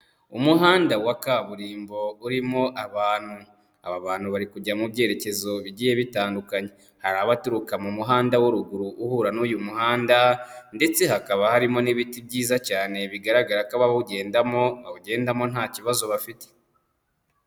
Umuhanda wa kaburimbo urimo abantu, aba bantu bari kujya mu byerekezo bigiye bitandukanye, hari abaturuka mu muhanda wo ruguru uhura n'uyu muhanda ndetse hakaba harimo n'ibiti byiza cyane bigaragara ko abawugendamo bawugendamo nta kibazo bafite.